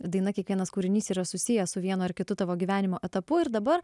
daina kiekvienas kūrinys yra susiję su vienu ar kitu tavo gyvenimo etapu ir dabar